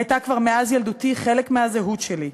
הייתה כבר מאז ילדותי חלק מהזהות שלי.